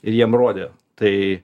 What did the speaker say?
ir jiem rodė tai